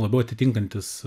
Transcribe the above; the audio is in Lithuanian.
labiau atitinkantis